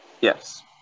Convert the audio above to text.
Yes